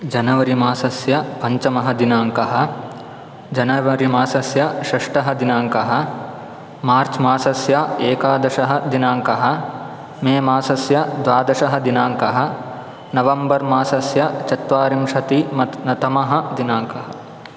जनवरि मासस्य पञ्चमदिनाङ्कः जनवरि मासस्य षष्ठमदिनाङ्कः मार्च् मासस्य एकादशमदिनाङ्कः मे मासस्य द्वादशमदिनाङ्कः नवेम्बर् मासस्य चत्वारिंशति म तमः दिनाङ्कः